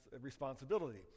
responsibility